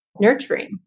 nurturing